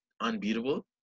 unbeatable